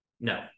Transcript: no